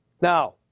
Now